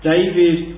David